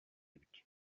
эбит